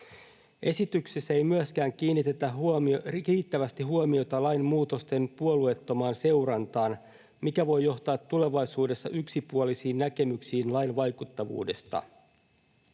Esityksessä ei myöskään kiinnitetä riittävästi huomiota lainmuutosten puolueettomaan seurantaan, mikä voi johtaa tulevaisuudessa yksipuolisiin näkemyksiin lain vaikuttavuudesta.